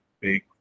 big